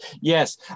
yes